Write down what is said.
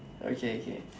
okay okay